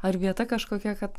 ar vieta kažkokia kad